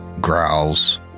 growls